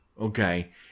okay